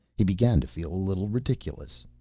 he began to feel a little ridiculous.